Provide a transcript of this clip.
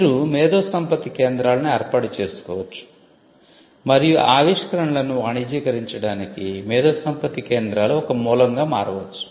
మీరు మేధోసంపత్తి కేంద్రాలను ఏర్పాటు చేసుకోవచ్చు మరియు ఆవిష్కరణలను వాణిజ్యీకరించడానికి మేధోసంపత్తి కేంద్రాలు ఒక మూలంగా మారవచ్చు